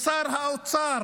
לשר האוצר